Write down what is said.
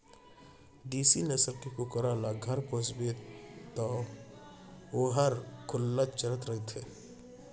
देसी नसल के कुकरा ल घर पोसबे तौ वोहर खुल्ला चरत रइथे